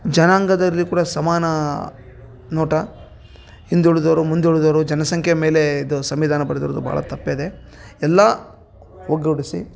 ಜನಾಂಗದಲ್ಲಿ ಕೂಡ ಸಮಾನ ನೋಟ ಹಿಂದುಳಿದವರು ಮುಂದುಳಿದವರು ಜನಸಂಖ್ಯೆ ಮೇಲೆ ಇದು ಸಂವಿಧಾನ ಬರ್ದಿರೋದು ಭಾಳ ತಪ್ಪೇ ಇದೆ ಎಲ್ಲಾ ಒಗ್ಗೂಡಿಸಿ